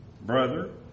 brother